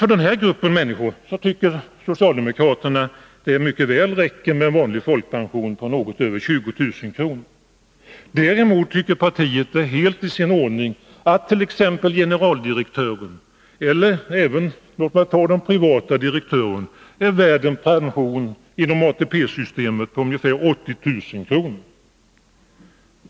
För denna grupp människor tycker socialdemokraterna att det mycket väl räcker med vanlig folkpension på 165 Sättet att fastställa något över 20000 kr. Däremot är det helt i sin ordning att t.ex. generaldirektören eller den privata direktören är värd en pension inom ATP-systemet på ungefär 80 000 kr.